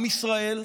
עם ישראל,